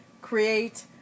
create